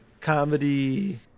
comedy